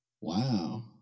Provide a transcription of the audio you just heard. Wow